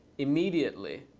immediately.